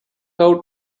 out